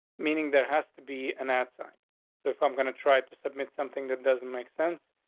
meaning there has to be an outside if i'm going to try to submit something that doesn't make sense.